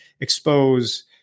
expose